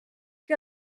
que